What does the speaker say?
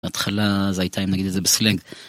התחלה זה הייתה אם נגיד את זה בסלנג.